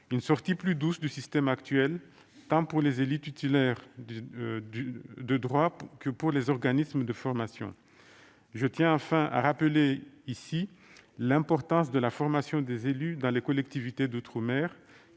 une sortie plus douce du système actuel, tant pour les élus titulaires de droits que pour les organismes de formation. Je tiens enfin à rappeler ici l'importance de la formation des élus dans les collectivités d'outre-mer,